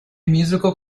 musical